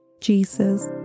Jesus